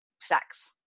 sex